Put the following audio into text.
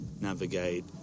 navigate